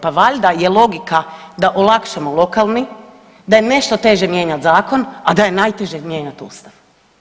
Pa valjda je logika da olakšamo lokalni, da je nešto teže mijenjati zakon, a da je najteže mijenjati Ustav.